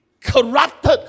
corrupted